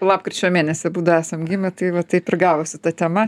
lapkričio mėnesį abudu esam gimę tai va taip ir gavosi ta tema